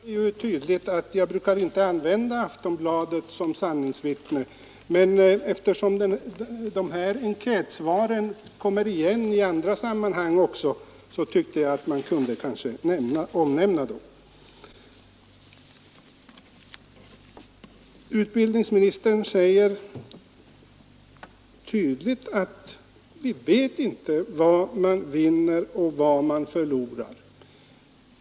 Herr talman! Jag markerade tydligt att jag inte brukar använda Aftonbladet som sanningsvittne, men eftersom enkätsvaren kommer igen i andra sammanhang, tyckte jag att jag kunde omnämna dem. Utbildningsministern sade att vi inte vet vad man vinner och vad man förlorar.